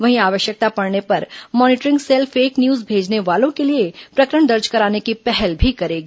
वहीं आवश्यक पड़ने पर मॉनिटरिंग सेल फेक न्यूज भेजने वालों के लिए प्रकरण दर्ज कराने की पहल भी करेगी